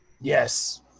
Yes